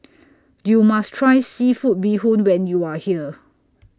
YOU must Try Seafood Bee Hoon when YOU Are here